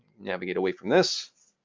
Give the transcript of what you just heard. navigate away from this.